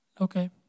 Okay